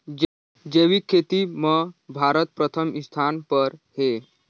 जैविक खेती म भारत प्रथम स्थान पर हे